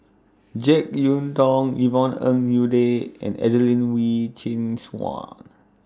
Jek Yeun Thong Yvonne Ng Uhde and Adelene Wee Chin Suan